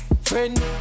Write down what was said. Friend